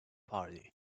party